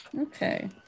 Okay